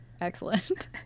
excellent